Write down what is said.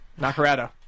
Nakarado